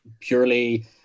purely